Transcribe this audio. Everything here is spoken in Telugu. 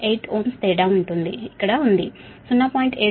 8 Ω తేడా ఇక్కడ ఉంది 0